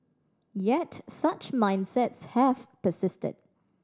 yet such mindsets have persisted